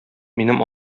минем